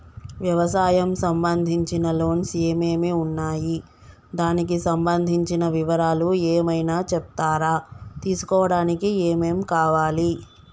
వ్యవసాయం సంబంధించిన లోన్స్ ఏమేమి ఉన్నాయి దానికి సంబంధించిన వివరాలు ఏమైనా చెప్తారా తీసుకోవడానికి ఏమేం కావాలి?